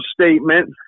statement